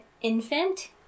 infant